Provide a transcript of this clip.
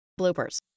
Bloopers